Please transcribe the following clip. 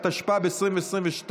התשפ"ב 2022,